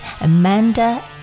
Amanda